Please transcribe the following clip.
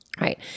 right